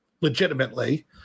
legitimately